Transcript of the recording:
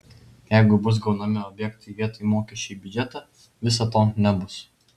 jeigu bus gaunami objektai vietoj mokesčių į biudžetą viso to nebus